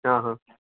हा हा